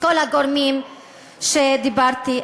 כל הגורמים שדיברתי עליהם.